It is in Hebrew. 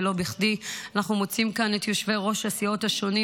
ולא בכדי אנחנו מוצאים כאן את יושבי-ראש הסיעות השונים,